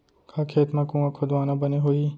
का खेत मा कुंआ खोदवाना बने होही?